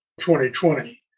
2020